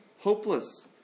hopeless